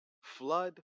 flood